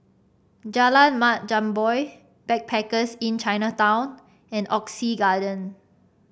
Jalan Mat Jambol Backpackers Inn Chinatown and Oxley Garden